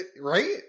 Right